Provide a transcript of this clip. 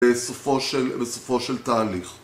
בסופו של תהליך